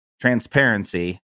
transparency